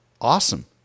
Awesome